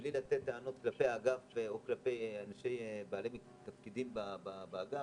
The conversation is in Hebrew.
מבלי להגיד טענות כלפי האגף או כלפי בעלי תפקידים באגף,